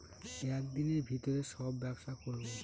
এক দিনের ভিতরে সব ব্যবসা করবো